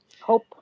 Hope